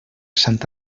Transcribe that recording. sant